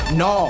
no